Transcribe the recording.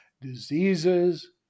diseases